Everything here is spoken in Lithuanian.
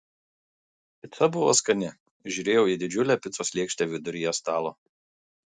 pica buvo skani žiūrėjau į didžiulę picos lėkštę viduryje stalo